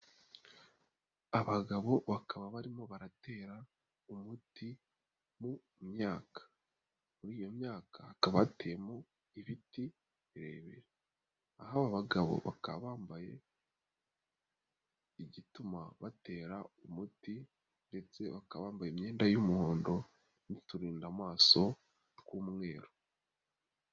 Abagabo bakaba barimo baratera umuti mu myaka, muri iyo myaka hakaba hateyemo ibiti birebire, naho aba bagabo bakaba bambaye igituma batera umuti ndetse bakaba bambaye imyenda y'umuhondo n'uturinda amaso tw'umweru.